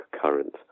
current